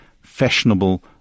fashionable